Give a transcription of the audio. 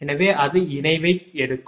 எனவே அது இணைவை எடுக்கும்